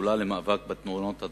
ובשדולה למאבק בתאונות הדרכים,